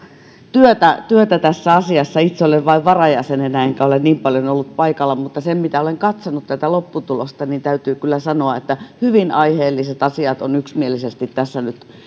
työtä työtä tässä asiassa itse olen vain varajäsenenä enkä ole niin paljon ollut paikalla mutta mitä olen katsonut tätä lopputulosta niin täytyy kyllä sanoa että hyvin aiheelliset asiat on yksimielisesti tässä nyt